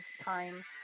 time